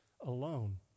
alone